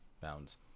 Bounds